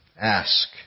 Ask